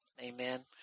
Amen